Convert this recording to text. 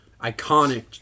iconic